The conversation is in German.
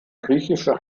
griechische